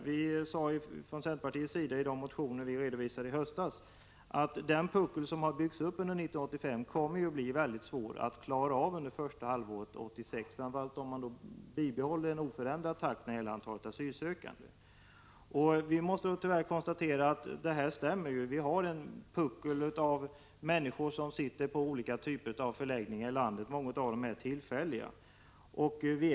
Vi sade från centerpartiets sida i de motioner som vi väckte i höstas att den puckel som skapats under 1985 kommer det att bli väldigt svårt att få bort under första halvåret 1986, om vi har en oförändrad takt när det gäller antalet asylsökande. Det måste tyvärr konstateras att detta stämmer — det finns en puckel av människor som vistas i olika typer av förläggningar i landet. Många av dessa förläggningar är tillfälliga.